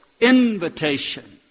invitation